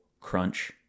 crunch